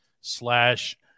slash